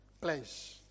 place